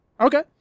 Okay